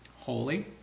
Holy